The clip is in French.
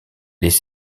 les